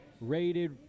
rated